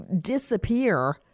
disappear